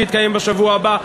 שיתקיים בשבוע הבא.